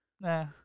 Nah